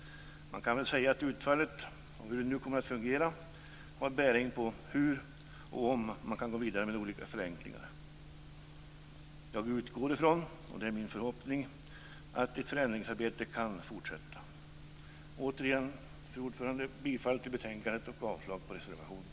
Man kan väl säga att utfallet, hur det nu kommer att fungera, har bäring på hur och om man kan gå vidare med olika förenklingar. Jag utgår från, och det är min förhoppning, att ett förändringsarbete kan fortsätta. Återigen, fru talman: Jag yrkar bifall till hemställan i betänkandet och avslag på reservationerna.